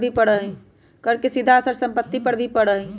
कर के सीधा असर सब के सम्पत्ति पर भी पड़ा हई